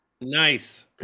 Nice